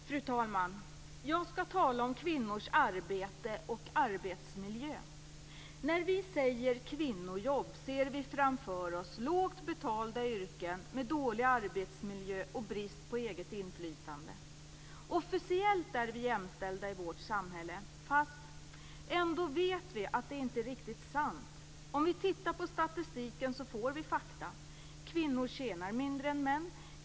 Fru talman! Jag skall tala om kvinnors arbete och arbetsmiljö. När vi säger kvinnojobb ser vi framför oss lågt betalda yrken med dålig arbetsmiljö och brist på eget inflytande. Officiellt är vi jämställda i vårt samhälle. Fast, ändå vet vi att det inte är riktigt sant. Om vi tittar på statistiken får vi fakta. Kvinnor tjänar mindre än män.